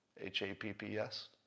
H-A-P-P-S